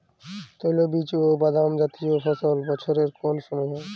তৈলবীজ ও বাদামজাতীয় ফসল বছরের কোন সময় হয়?